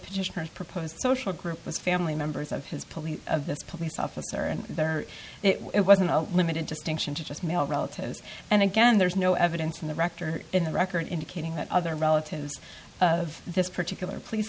petitioner proposed social group was family members of his police of this police officer and there it wasn't limited distinction to just male relatives and again there's no evidence from the rector in the record indicating that other relatives of this particular police